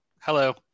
Hello